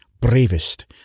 bravest